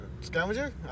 Scavenger